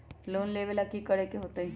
Loan लेवेला की करेके होतई?